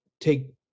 take